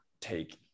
take